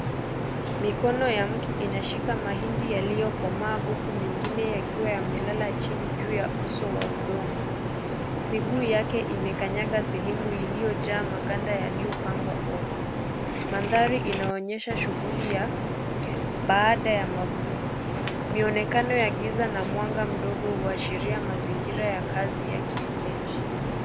Mikono ya mtu inashika mahindi yaliyokomaa huku mengine yakiwa yamelala chini juu ya uso wa udongo. Miguu yake imekanyanga sehemu iliyojaa maganda yaliyopangwa ovyo. Mandhari inaonyesha shughuli ya baada ya mavuno. Mionekano ya giza na mwanga mdogo huashiria mazingira ya kazi ya kienyeji.